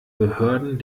behörden